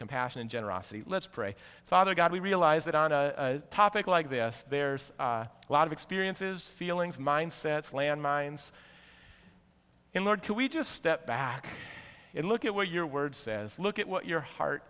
compassion and generosity let's pray father god we realize that on a topic like this there's a lot of experiences feelings mindsets landmines in order to we just step back and look at where your word says look at what your heart